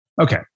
Okay